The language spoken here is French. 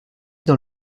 dans